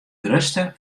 grutste